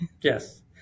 Yes